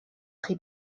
chi